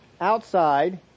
outside